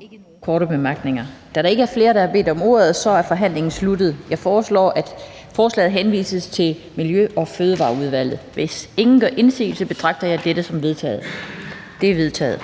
ikke nogen korte bemærkninger. Da der ikke er flere, der har bedt om ordet, er forhandlingen sluttet. Jeg foreslår, at forslaget henvises til Miljø- og Fødevareudvalget. Hvis ingen gør indsigelse, betragter jeg dette som vedtaget. Det er vedtaget.